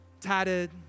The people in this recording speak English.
tattered